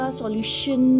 solution